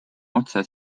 otse